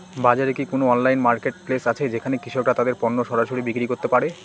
বাজারে কি কোন অনলাইন মার্কেটপ্লেস আছে যেখানে কৃষকরা তাদের পণ্য সরাসরি বিক্রি করতে পারে?